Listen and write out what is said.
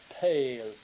pale